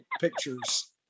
pictures